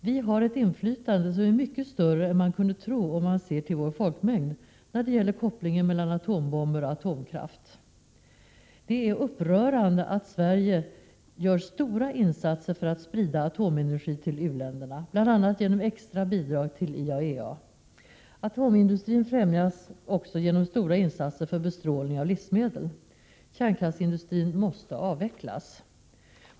Vi har ett inflytande som är mycket större än man kunde tro, om man ser till vår folkmängd, när det gäller kopplingen mellan atombomber och atomkraft. Det är upprörande att Sverige gör stora insatser för att sprida atomenergi till u-länderna, bl.a. genom extra bidrag till IAEA. Atomindustrin främjas också genom stora insatser när det gäller bestrålning av livsmedel. Kärnkraftsindustrin måste avvecklas.